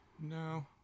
No